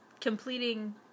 completing